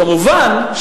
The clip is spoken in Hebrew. כמובן,